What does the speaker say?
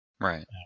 Right